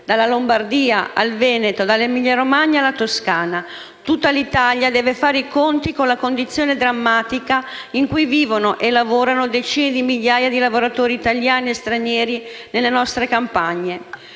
dalla Lombardia al Veneto, dall'Emilia-Romagna alla Toscana, tutta l'Italia deve fare i conti con la condizione drammatica in cui vivono e lavorano decine di migliaia di lavoratori italiani e stranieri nelle nostre campagne.